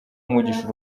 umugisha